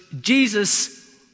Jesus